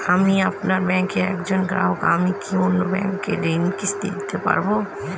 আমি আপনার ব্যাঙ্কের একজন গ্রাহক আমি কি অন্য ব্যাঙ্কে ঋণের কিস্তি দিতে পারবো?